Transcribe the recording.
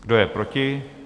Kdo je proti?